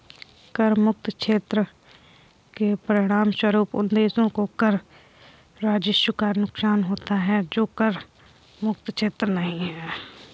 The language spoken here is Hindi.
कर मुक्त क्षेत्र के परिणामस्वरूप उन देशों को कर राजस्व का नुकसान होता है जो कर मुक्त क्षेत्र नहीं हैं